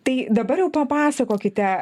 tai dabar jau papasakokite